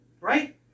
Right